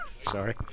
Sorry